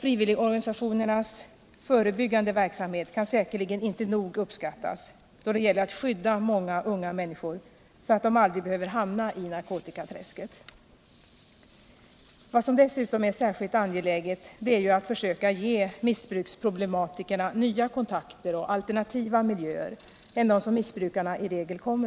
Deras förebyggande verksamhet kan säkerligen inte nog uppskattas då det gäller att skydda många unga människor, så att de aldrig behöver hamna i narkotikaträsket. Något som också är särskilt angeläget är att försöka ge missbruksproblematikerna nya kontakter och att skapa alternativa miljöer för dem.